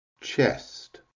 Chest